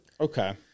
Okay